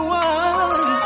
one